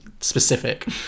specific